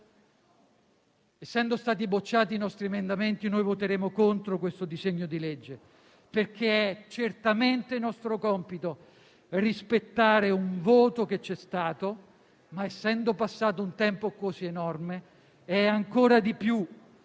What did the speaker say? essendo stati bocciati i nostri emendamenti, noi voteremo contro questo disegno di legge, perché è certamente nostro compito rispettare un voto che c'è stato, ma, essendo passato un tempo così enorme, è ancora di più